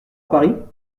paris